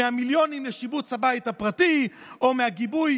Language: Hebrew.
מהמיליונים לשיפוץ הבית הפרטי או מהגיבוי